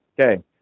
Okay